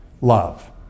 Love